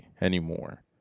anymore